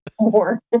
more